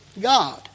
God